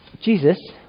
Jesus